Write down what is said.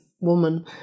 woman